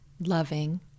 Loving